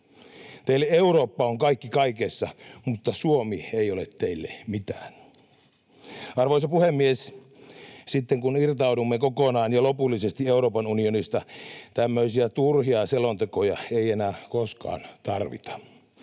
Teille Eurooppa on kaikki kaikessa, mutta Suomi ei ole teille mitään. Arvoisa puhemies! Sitten, kun irtaudumme kokonaan ja lopullisesti Euroopan unionista, tämmöisiä turhia selontekoja ei enää koskaan tarvita.